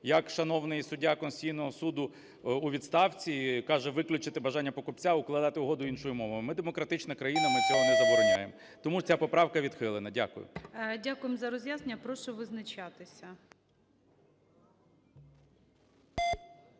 як шановний суддя Конституційного Суду у відставці каже виключити бажання покупця укладати угоду іншою мовою. Ми – демократична країна, ми цього не забороняємо. Тому ця поправка відхилена. Дякую. ГОЛОВУЮЧИЙ. Дякуємо за роз'яснення. Прошу визначатися.